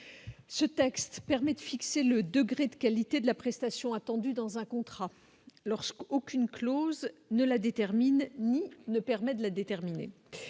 Ce texte permet de fixer le degré de qualité de la prestation attendue dans un contrat lorsqu'aucune clause ne la détermine ni ne permet de la déterminer